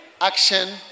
Action